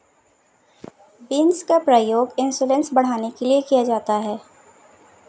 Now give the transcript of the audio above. beans का प्रयोग insulin बढ़ाने के लिए किया जाता है